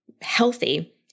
healthy